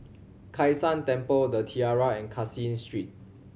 Kai San Temple The Tiara and Caseen Street